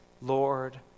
Lord